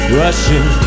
rushing